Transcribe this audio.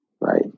right